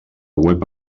web